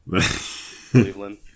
Cleveland